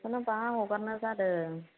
बेखौनो बहा हगारनो जादों